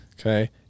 okay